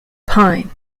pine